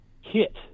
hit